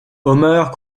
omer